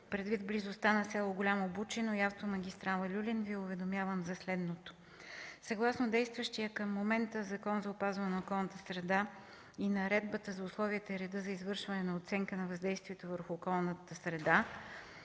предвид близостта на село Голямо Бучино и автомагистрала „Люлин” Ви уведомявам следното. Съгласно действащия към момента Закон за опазване на околната среда и Наредбата за условията и реда за извършване на оценка на въздействието върху околната среда,